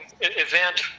event